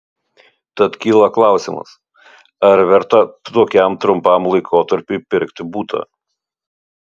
tad kyla klausimas ar verta tokiam trumpam laikotarpiui pirkti butą